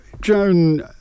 Joan